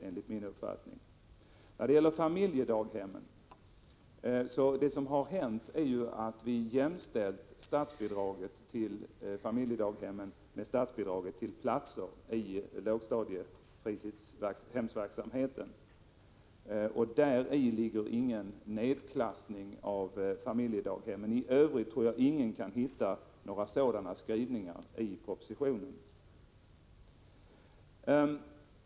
Vad som hänt när det gäller familjedaghemmen är att vi jämställt statsbidraget till familjedaghemmen med statsbidraget till platser i lågstadiefritidshemsverksamheten. Däri ligger ingen nedklassning av familjedaghemmen. I övrigt tror jag ingen kan hitta några sådana skrivningar i propositionen.